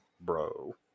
bro